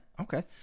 Okay